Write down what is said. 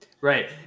Right